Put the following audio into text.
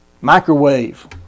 microwave